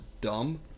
dumb